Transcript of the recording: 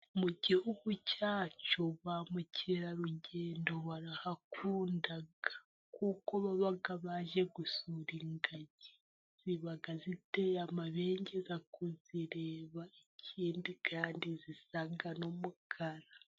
Mu gihugu cyacu ba mukerarugendo barahakunda, kuko baba baje gusura ingagi, ziba ziteye amabengeza kuzireba, ikindi kandi zisa n'umukara.